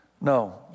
No